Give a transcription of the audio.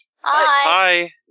Hi